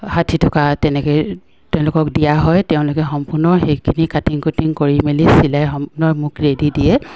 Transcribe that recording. ষাঠি থকা তেনেকে তেওঁলোকক দিয়া হয় তেওঁলোকে সম্পূৰ্ণ সেইখিনি কাটিং কুটিং কৰি মেলি চিলাই সম্পূৰ্ণ মোক ৰেডি দিয়ে